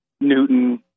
Newton